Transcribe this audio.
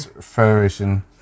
federation